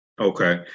Okay